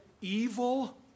evil